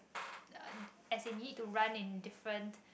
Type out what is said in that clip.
uh as in you need to run in different